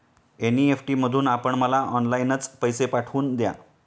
NEFT मधून आपण मला ऑनलाईनच पैसे पाठवून द्या